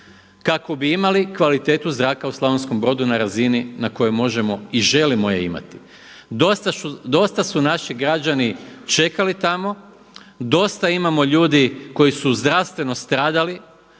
kako bi imali kvalitetu zraka u Slavonskom Brodu na razini na kojoj možemo i želimo je imati. Dosta su naši građani čekali tamo, dosta imamo ljudi koji su zdravstveno stradali,